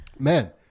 Man